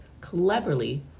CLEVERLY